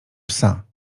psa